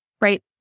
right